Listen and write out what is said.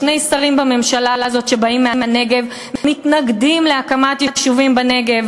שני שרים בממשלה הזאת שבאים מהנגב מתנגדים להקמת יישובים בנגב,